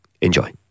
Enjoy